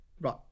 Right